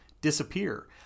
disappear